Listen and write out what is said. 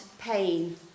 Pain